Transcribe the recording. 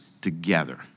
together